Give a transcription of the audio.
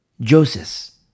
Joseph